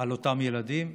על אותם ילדים.